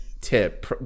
tip